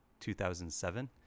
2007